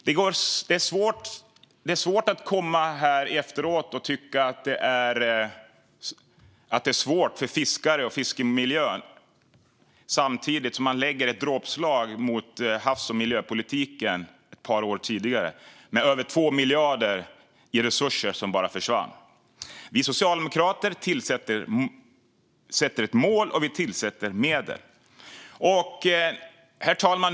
Det är svårt att komma efteråt och tycka att det är svårt för fiskare och fiskemiljön när man utdelat ett dråpslag mot havs och miljöpolitiken ett par år tidigare, med över 2 miljarder i resurser som bara försvann. Vi socialdemokrater sätter ett mål, och vi tillsätter medel. Herr talman!